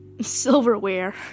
silverware